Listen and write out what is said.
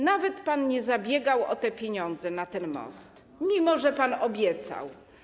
Nawet pan nie zabiegał o pieniądze na ten most, mimo że pan obiecał.